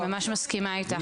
אני ממש מסכימה איתך.